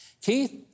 Keith